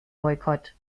boykott